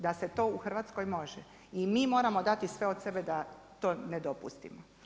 Da se to u Hrvatskoj može i mi moramo dati sve od sebe da to ne dopustimo.